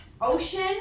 Ocean